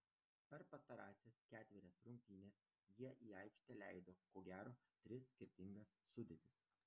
per pastarąsias ketverias rungtynes jie į aikštę leido ko gero tris skirtingas sudėtis